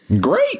Great